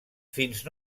fins